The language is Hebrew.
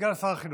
סגן שרת החינוך.